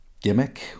gimmick